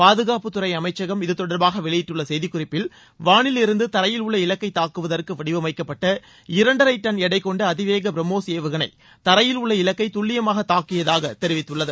பாதுகாப்புத்துறை அமைச்சகம் இது தொடர்பாக வெளியிட்டுள்ள செய்திக்குறிப்பில் வானிலிருந்து தரையில் உள்ள இலக்கை தாக்குவதற்கு வடிவமைக்கப்பட்ட இரண்டரை டன் எடைகொண்ட அதிவேக பிரம்மோஸ் ஏவுகணை தரையில் உள்ள இலக்கை துல்லியமாக தாக்கியதாக தெரிவித்துள்ளது